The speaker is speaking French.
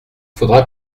faudra